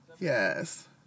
Yes